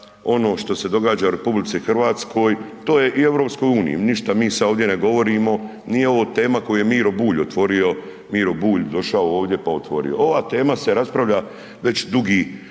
ono što se događa u Republici Hrvatskoj, to je i u Europskoj uniji, ništa mi sad ovdje ne govorimo, nije ovo tema koju je Miro Bulj otvorio, Miro Bulj došao ovdje pa otvorio, ova tema se raspravlja već dugi